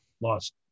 lost